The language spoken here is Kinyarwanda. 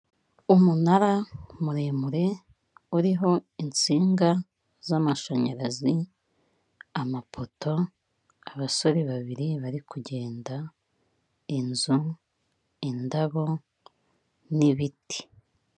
Umunara muremure uriho insinga z'amashanyarazi, amapoto, abasore babiri bari kugenda, inzu, indabo n'ibiti.